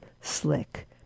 slick